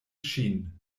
ŝin